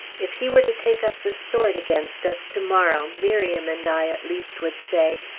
if he were to take up the sword against us to-morrow, miriam and i, at least, would say,